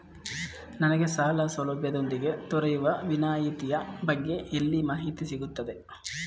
ನನಗೆ ಸಾಲ ಸೌಲಭ್ಯದೊಂದಿಗೆ ದೊರೆಯುವ ವಿನಾಯತಿಯ ಬಗ್ಗೆ ಎಲ್ಲಿ ಮಾಹಿತಿ ಸಿಗುತ್ತದೆ?